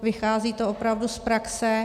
Vychází to opravdu z praxe.